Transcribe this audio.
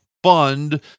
fund